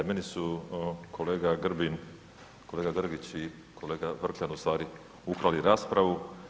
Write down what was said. Meni su kolega Grbin, kolega Grgić i kolega Vrkljan ustvari ukrali raspravu.